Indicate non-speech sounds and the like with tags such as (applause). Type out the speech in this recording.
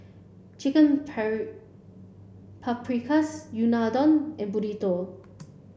chicken (unintelligible) Paprikas Unadon and Burrito